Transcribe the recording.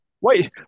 Wait